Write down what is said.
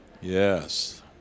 Yes